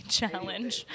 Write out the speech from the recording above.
challenge